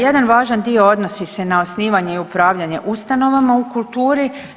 Jedan važan dio odnosi se na osnivanje i upravljanje ustanovama u kulturi.